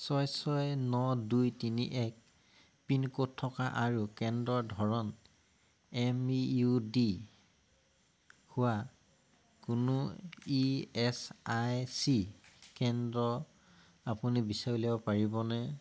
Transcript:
ছয় ছয় ন দুই তিনি এক পিনক'ড থকা আৰু কেন্দ্ৰৰ ধৰণ এম ই ইউ ডি হোৱা কোনো ই এছ আই চি কেন্দ্ৰ আপুনি বিচাৰি উলিয়াব পাৰিবনে